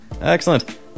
Excellent